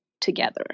together